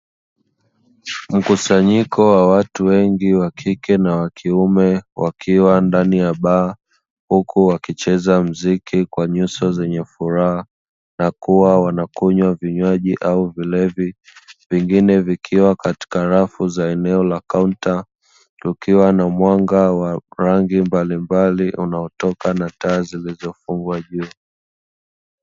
Mkusanyiko wa watu wengi wa kike na wa kiume wakiwa ndani ya baa huku wakicheza maziki kwa nyuso zenye furaha na kuwa wanakunywa vinywaji au vilevi vingine vikiwa katika rafu za eneo la kaunta kukiwa na mwanga wa rangi mbalimbali unaotokana na taa zilizofungwa juu.